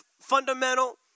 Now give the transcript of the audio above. fundamental